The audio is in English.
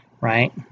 right